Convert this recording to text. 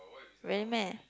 really meh